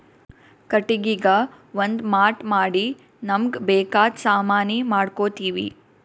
ಕಟ್ಟಿಗಿಗಾ ಒಂದ್ ಮಾಟ್ ಮಾಡಿ ನಮ್ಮ್ಗ್ ಬೇಕಾದ್ ಸಾಮಾನಿ ಮಾಡ್ಕೋತೀವಿ